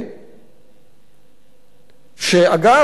שאגב,